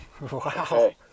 Wow